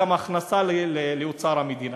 גם הכנסה לאוצר המדינה,